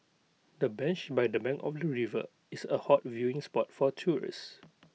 the bench by the bank of the river is A hot viewing spot for tourists